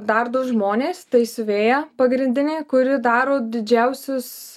dar du žmonės tai siuvėja pagrindinė kuri daro didžiausius